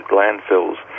landfills